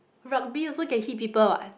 rugby also can hit people what